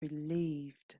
relieved